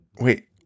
wait